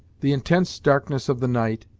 the intense darkness of the night,